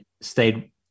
stayed